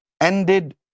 ended